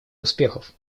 успехов